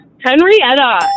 Henrietta